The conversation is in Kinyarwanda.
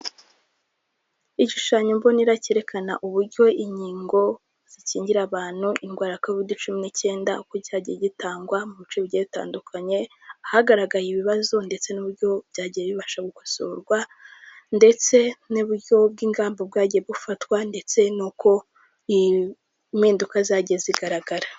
Igishushanyo mbonera cyerekana uburyo inkingo zikingira abantu indwara ya Kovide Cumi n'Icyenda uko cyagiye gitangwa mu bice bigiye bitandukanye, hagaragaye ibibazo ndetse n'uburyo byagiye bibasha gukosorwa ndetse n'uburyo bw'ingamba bwagiye bufatwa ndetse n'uko impinduka zagiye zigaragara.